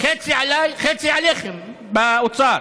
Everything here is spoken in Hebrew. חצי עליי וחצי עליכם, באוצר.